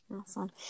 Awesome